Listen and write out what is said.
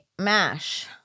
mash